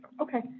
Okay